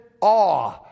awe